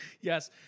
Yes